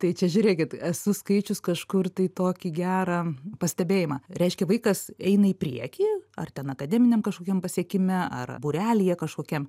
tai čia žiūrėkit esu skaičius kažkur tai tokį gerą pastebėjimą reiškia vaikas eina į priekį ar ten akademiniam kažkokiam pasiekime ar būrelyje kažkokiam